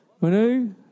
Manu